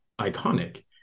iconic